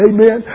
Amen